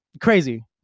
crazy